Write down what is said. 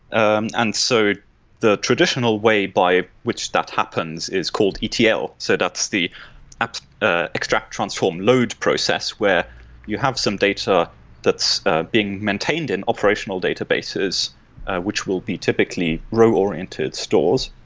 and and so the traditional way by which that happens is called etl, so that's the ah ah extract transform load process where you have some data that's being maintained and operational databases which will be typically row-oriented stores.